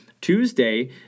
Tuesday